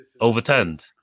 overturned